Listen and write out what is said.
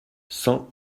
cent